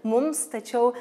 mums tačiau